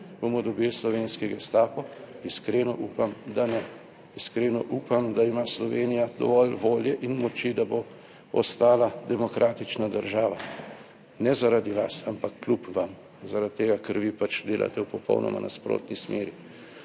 bomo dobili slovenski gestapo? Iskreno upam, da ne. Iskreno upam, da ima Slovenija dovolj volje in moči, da bo ostala demokratična država, ne zaradi vas, ampak kljub vam. Zaradi tega, ker vi pač delate v popolnoma nasprotni smeri.